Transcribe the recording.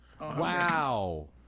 Wow